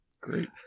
Great